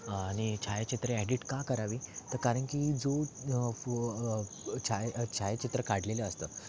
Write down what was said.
आणि छायाचित्रे एडिट का करावी त कारण की जो फो छाय छायाचित्र काढलेले असतं